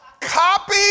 copy